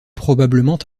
probablement